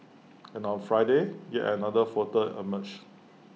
and on Friday yet another photo emerged